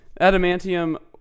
adamantium